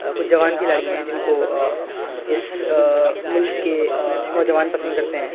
کچھ جوان کھلاڑی ہیں جن کو اس ملک کے نوجوان پسند کرتے ہیں